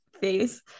face